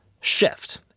shift